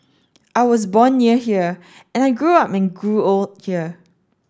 I was born near here and I grew up and grew old here